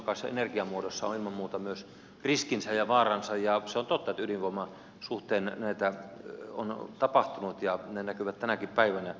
jokaisessa energiamuodossa on ilman muuta myös riskinsä ja vaaransa ja se on totta että ydinvoiman suhteen näitä on tapahtunut ja ne näkyvät tänäkin päivänä